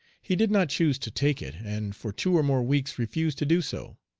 he did not choose to take it, and for two or more weeks refused to do so.